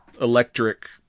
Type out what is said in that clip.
electric